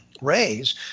rays